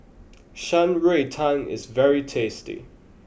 Shan Rui Tang is very tasty